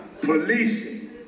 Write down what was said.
Policing